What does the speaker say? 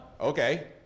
Okay